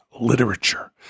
literature